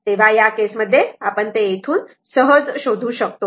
तर या केस मध्ये आपण ते तेथून सहज शोधू शकतो